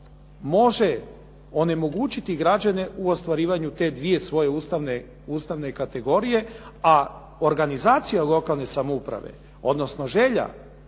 može onemogućiti građane u ostvarivanju te dvije svoje ustavne kategorije, a organizacija lokalne samouprave, odnosno želja